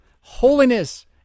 Holiness